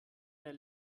der